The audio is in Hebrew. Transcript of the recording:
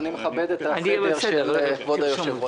אני מכבד את הסדר שקבע כבוד היושב-ראש.